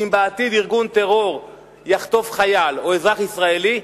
מפני שאם בעתיד ארגון טרור יחטוף חייל או אזרח ישראלי,